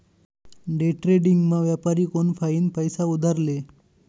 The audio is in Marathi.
डेट्रेडिंगमा व्यापारी कोनफाईन पैसा उधार ले